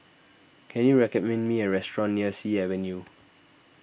can you recommend me a restaurant near Sea Avenue